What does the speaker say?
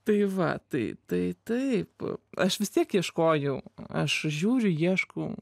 tai va tai tai taip aš vis tiek ieškojau aš žiūriu ieškau